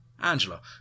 Angela